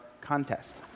contest